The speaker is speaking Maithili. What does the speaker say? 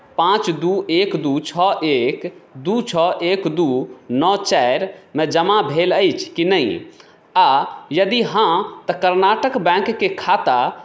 पाँच दू एक दू छओ एक दू छओ एक दू नओ चारिमे जमा भेल अछि की नहि आ यदि हँ तऽ कर्नाटक बैंकके खाता